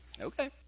Okay